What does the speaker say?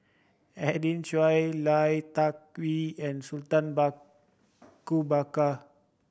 Edwin Lai Tuck and Sutan Ba Ku Bakar